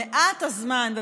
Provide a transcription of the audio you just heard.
במעט הזמן שנשאר לממשלה הזאת,